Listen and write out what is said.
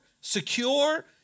secure